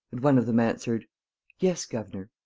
and one of them answered yes, governor.